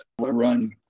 Run